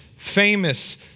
famous